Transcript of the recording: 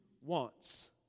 wants